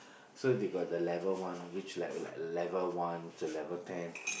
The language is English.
so they got the level one which level like level one to level ten